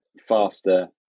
faster